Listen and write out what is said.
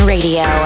Radio